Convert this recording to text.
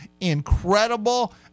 Incredible